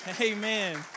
Amen